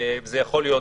וזה יכול להיות